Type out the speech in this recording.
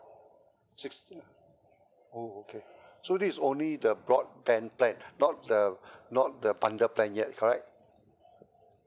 sixty oh okay so this is only the broadband plan not the not the bundle plan yet correct